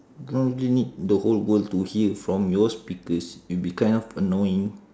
don't give me the whole world to hear from your speakers it will be kind of annoying